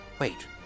Wait